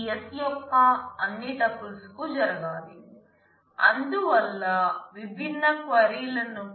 ఇది s యొక్క అన్ని ట్యుపుల్స్ కు జరగాలి అందువల్ల విభిన్న క్వైరీల